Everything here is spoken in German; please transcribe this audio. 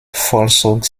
vollzog